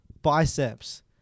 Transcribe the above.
biceps